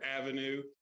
avenue